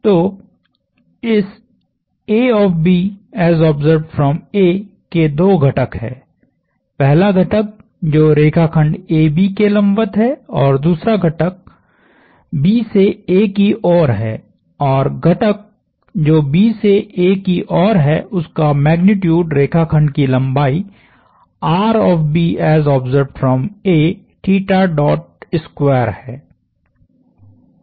तो इस के दो घटक हैं पहला घटक जो रेखाखंड AB के लंबवत है और दूसरा घटक B से A की ओर है और घटक जो B से A की ओर है उसका मैग्नीट्यूड रेखाखंड की लंबाई है